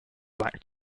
black